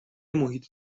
محیط